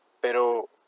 pero